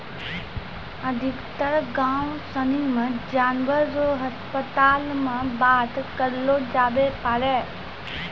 अधिकतर गाम सनी मे जानवर रो अस्पताल मे बात करलो जावै पारै